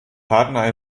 partner